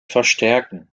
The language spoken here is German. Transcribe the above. verstärken